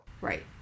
Right